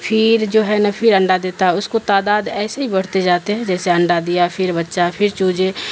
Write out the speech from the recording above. پر جو ہے نا پھر انڈا دیتا اس کو تعداد ایسے ہی بڑھتے جاتے ہیں جیسے انڈا دیا پھر بچہ پھر چوجے